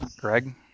Greg